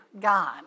God